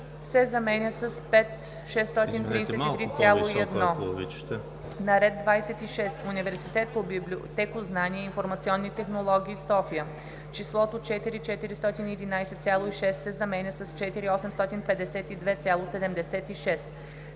се заменя с „5 633,1“. - на ред 26. Университет по библиотекознание и информационни технологии – София, числото „4 411,6“ се заменя с „4 852,76“.